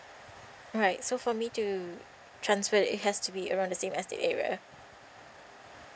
right so for me to transfer it it has to be around the same estate area